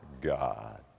God